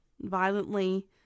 violently